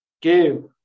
Give